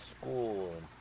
school